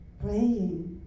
praying